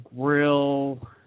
Grill